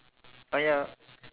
oh ya